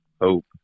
hope